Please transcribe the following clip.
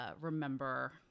remember –